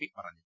P പറഞ്ഞു